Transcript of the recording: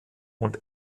und